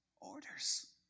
orders